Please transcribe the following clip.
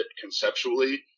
conceptually